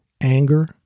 anger